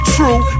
True